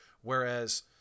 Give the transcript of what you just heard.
whereas